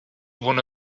one